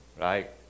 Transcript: right